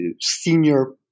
senior